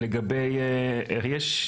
יש,